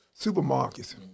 supermarkets